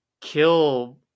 kill